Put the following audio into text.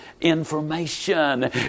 information